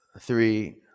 three